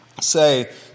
say